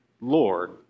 Lord